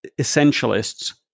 essentialists